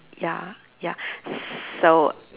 ya ya so